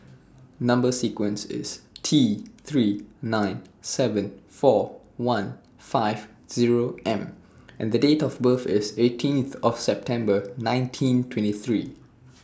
Number sequence IS T three nine seven four one five Zero M and Date of birth IS eighteenth of September nineteen twenty three